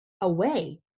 away